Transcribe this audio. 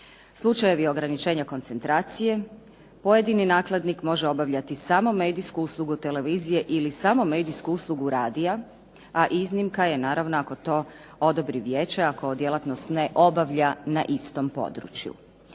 slučajevi ograničenja koncentracije, pojedini nakladnik može obavljati samo medijsku uslugu televizije ili samo medijsku uslugu radija, a iznimka je naravno ako to odobri vijeće ako djelatnost ne obavlja na istom području.